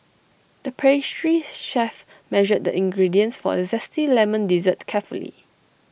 the pastry chef measured ingredients for A Zesty Lemon Dessert carefully